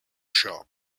shop